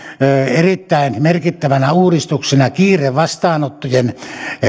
erittäin merkittävänä uudistuksena kiirevastaanottojen